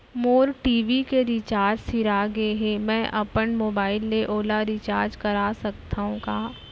मोर TV के recharge सिरा गे हे, मैं अपन मोबाइल ले ओला रिचार्ज करा सकथव का?